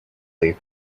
they